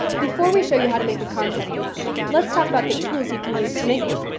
before we show you how to make a concept map, let's talk about the tools you can use to make one.